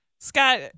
Scott